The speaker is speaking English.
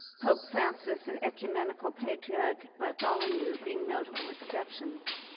pope francis and ecumenical patriarch, bartholomew, being notable exceptions,